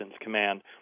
Command